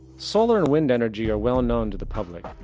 solar and wind energy are well known to the public.